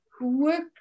work